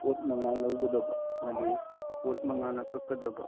ꯄꯣꯠ ꯃꯉꯥ ꯂꯧꯒꯗꯕ ꯑꯃꯗꯤ ꯄꯣꯠ ꯃꯉꯥꯅ ꯀꯛꯀꯗꯕ